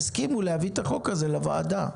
הסכימו להביא את החוק הזה לוועדה.